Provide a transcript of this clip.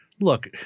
look